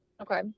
Okay